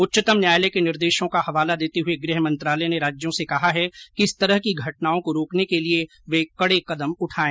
उच्चतम न्यायालय के निर्देशों का हवाला देते हुए गृह मंत्रालय ने राज्यों से कहा है कि इस तरह की घटनाओं को रोकने के लिए वे कड़े कदम उठाये